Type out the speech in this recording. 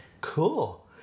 Cool